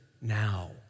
now